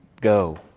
go